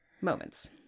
moments